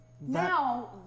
Now